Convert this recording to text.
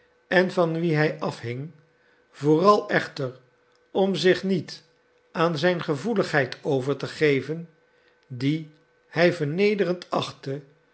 en van wien hij afhing vooral echter om zich niet aan zijn gevoeligheid over te geven die hij vernederend achtte